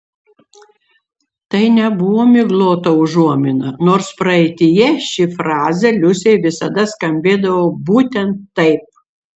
tai nebuvo miglota užuomina nors praeityje ši frazė liusei visada skambėdavo būtent taip